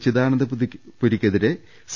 ചിദാനന്ദപുരിക്കെതിരെ C